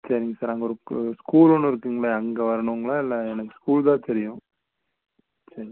சரிங் சார் அங்கே ஒரு கூ ஸ்கூலு ஒன்று இருக்குதுங்களே அங்கே வரணுங்களா இல்லை எனக்கு ஸ்கூல் தான் தெரியும் சரிங்க